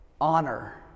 Honor